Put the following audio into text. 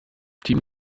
team